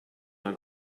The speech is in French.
d’un